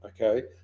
Okay